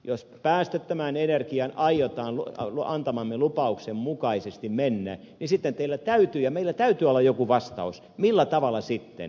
jos päästöttömään energiaan aiotaan antamamme lupauksen mukaisesti mennä niin sitten teillä ja meillä täytyy olla joku vastaus millä tavalla sitten toimitaan